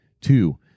Two